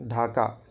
Dhaka